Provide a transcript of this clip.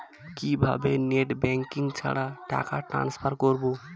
কিভাবে net banking ছাড়া টাকা ট্রান্সফার করবো?